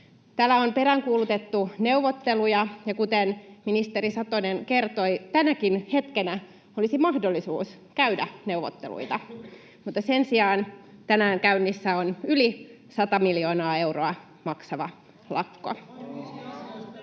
Täällä on peräänkuulutettu neuvotteluja, ja kuten ministeri Satonen kertoi, tänäkin hetkenä olisi mahdollisuus käydä neuvotteluita, mutta sen sijaan tänään käynnissä on yli 100 miljoonaa euroa maksava lakko.